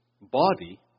body